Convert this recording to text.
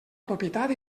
propietat